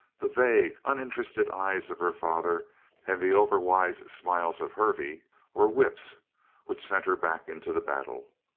the vague, uninterested eyes of her father and the overwise smiles of hervey were whips which sent her back into the battle.